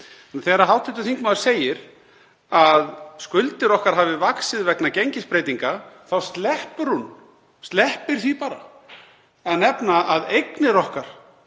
Þegar hv. þingmaður segir að skuldir okkar hafi vaxið vegna gengisbreytinga þá sleppir hún því að nefna að eignir okkar